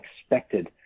expected